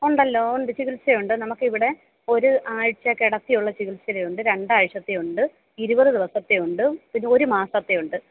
ഉണ്ടല്ലോ ഉണ്ട് ചികിത്സയുണ്ട് നമ്മൾക്ക് ഇവിടെ ഒരു ആഴ്ച കിടത്തിയുള്ള ചികിത്സയുണ്ട് രണ്ട് അഴ്ചത്തെയുണ്ട് ഇരുപത് ദിവസത്തെയുണ്ട് പിന്നെ ഒരു മാസത്തെയുണ്ട്